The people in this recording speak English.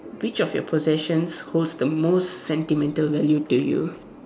which of your prossessions holds the most sentimental value to you